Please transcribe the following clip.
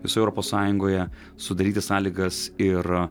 visų europos sąjungoje sudaryti sąlygas ir